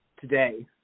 today